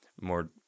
more